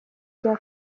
rya